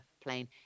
plane